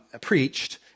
preached